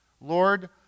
Lord